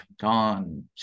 gone